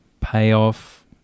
payoff